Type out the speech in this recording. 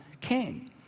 king